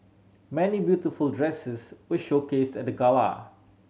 many beautiful dresses were showcased at the gala